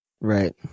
Right